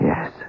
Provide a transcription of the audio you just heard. Yes